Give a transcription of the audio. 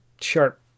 sharp